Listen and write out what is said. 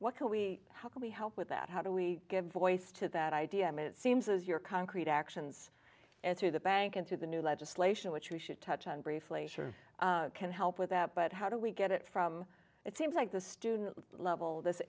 what can we how can we help with that how do we give voice to that idea i mean it seems as your concrete actions and through the bank into the new legislation which we should touch on briefly sure can help with that but how do we get it from it seems like the student level this